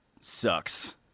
sucks